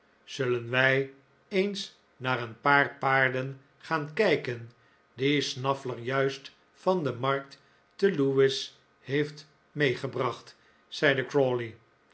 zullen wij eens naar een paar paarden gaan kijken die snaffler juist van de markt te lewes heeft meegebracht zeide